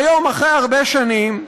והיום, אחרי הרבה שנים,